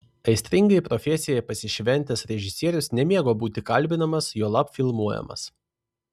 aistringai profesijai pasišventęs režisierius nemėgo būti kalbinamas juolab filmuojamas